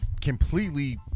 completely